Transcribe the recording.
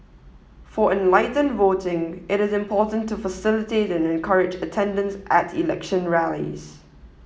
for enlightened voting it is important to facilitate and encourage attendance at election rallies